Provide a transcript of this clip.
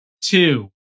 two